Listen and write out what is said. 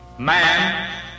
Man